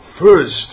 first